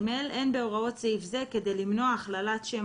(ג)אין בהוראות סעיף זה כדי למנוע הכללת שם